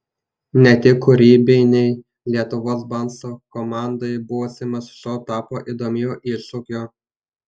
ne tik kūrybinei lietuvos balso komandai būsimas šou tapo įdomiu iššūkiu